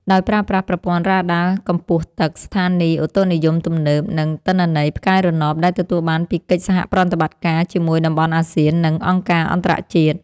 ដោយប្រើប្រាស់ប្រព័ន្ធរ៉ាដាកម្ពស់ទឹក ស្ថានីយឧតុនិយមទំនើប និងទិន្នន័យផ្កាយរណបដែលទទួលបានពីកិច្ចសហប្រតិបត្តិការជាមួយតំបន់អាស៊ាន និងអង្គការអន្តរជាតិ។